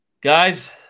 guys